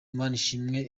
manishimwe